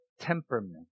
temperament